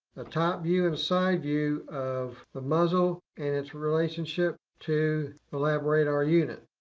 the top view and side view of the muzzle and its relationship to the labradar unit.